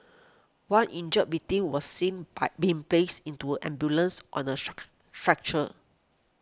one injured victim was seen by being placed into an ambulance on a shark stretcher